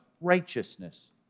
righteousness